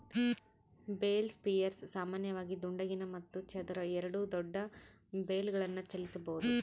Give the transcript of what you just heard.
bale spears ಸಾಮಾನ್ಯವಾಗಿ ದುಂಡಗಿನ ಮತ್ತು ಚದರ ಎರಡೂ ದೊಡ್ಡ ಬೇಲ್ಗಳನ್ನು ಚಲಿಸಬೋದು